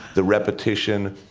the repetition,